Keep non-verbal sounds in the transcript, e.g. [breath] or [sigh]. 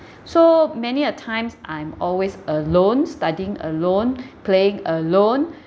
[breath] so many a times I'm always alone studying alone [breath] playing alone [breath]